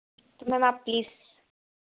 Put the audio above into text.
तो मैम आप प्लीज़